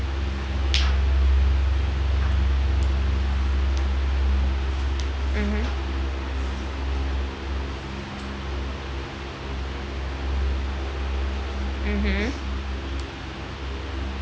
mmhmm mmhmm